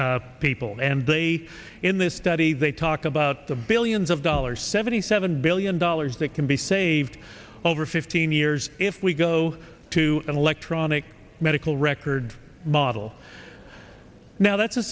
rand people and they in this study they talk about the billions of dollars seventy seven billion dollars that can be saved over fifteen years if we go to electronic medical records model now that's a